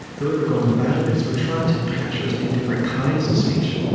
the way we're going about it is, we're trying to capture as many different kinds of speech